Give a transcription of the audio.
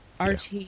RT